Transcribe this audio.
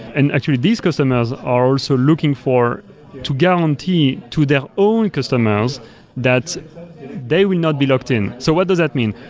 and actually, these customers are also looking to guarantee to their own customers that they will not be locked in. so what does that mean?